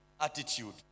attitude